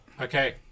Okay